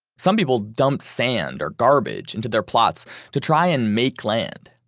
some people dumped sand or garbage into their plots to try and make land.